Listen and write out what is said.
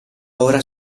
ora